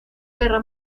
guerra